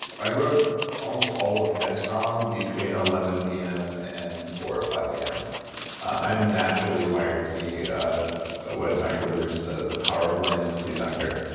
i wrote almost all of headstrong between eleven p m. and four or five a m i'm naturally wired to be what michael bruce, the the power of wind, the sleep doctor,